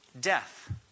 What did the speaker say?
death